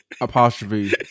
Apostrophe